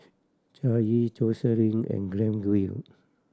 Jaye Joselin and Granville